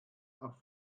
auf